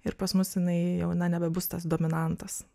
ir pas mus jinai jau na nebebus tas dominantas